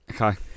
Okay